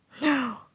No